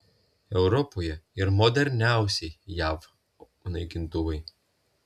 europoje ir moderniausi jav naikintuvai